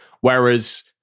Whereas